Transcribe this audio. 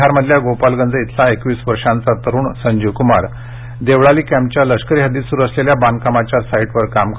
बिहारमधल्या गोपालगंज इथला एकवीस वर्षाचा तरुण संजीवक्मार देवळाली कॅम्पच्या लष्करी हद्दीत सुरू असलेल्या बांधकामाच्या साईटवर हा युवक काम करतो